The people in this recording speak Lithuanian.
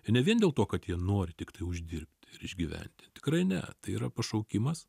ir ne vien dėl to kad jie nori tiktai uždirbti ir išgyventi tikrai ne tai yra pašaukimas